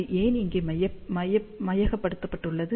அது ஏன் இங்கே கையகப்படுத்தப்பட்டுள்ளது